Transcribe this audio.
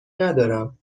ندارم